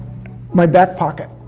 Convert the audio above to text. my back pocket.